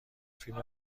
فیلم